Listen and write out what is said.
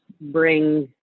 bring